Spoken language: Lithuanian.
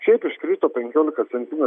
šiaip iškrito penkiolika centimetrų